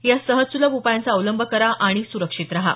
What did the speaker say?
या सहज सुलभ उपायांचा अवलंब करा आणि सुरक्षित रहा